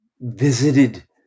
visited